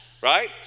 Right